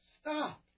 Stop